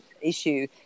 issue